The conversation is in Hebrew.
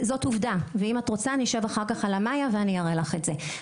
זאת עובדה ואם את רוצה נשב אחר כך על ה"מאיה" ואני אראה לך את זה.